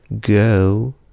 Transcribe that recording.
go